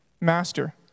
Master